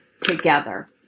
together